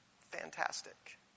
Fantastic